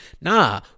Nah